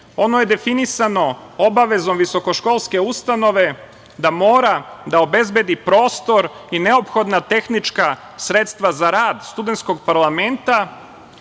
ono je definisano obavezom visokoškolske ustanove da mora da obezbedi prostor i neophodna tehnička sredstva za rad studentskog parlamenta,